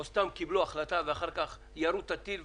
או שסתם קיבלו החלטה ואחר כך ירו את הטיל,